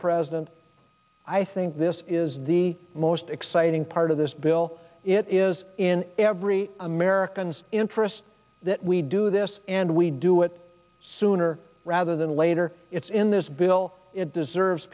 president i think this is the most exciting part of this bill it is in every americans interest that we do this and we do it sooner rather than later it's in this bill it deserves